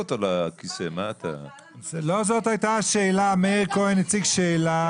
מאיר כהן הציג שאלה.